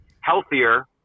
healthier